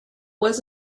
was